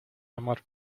amor